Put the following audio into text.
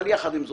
אבל יחד עם זאת,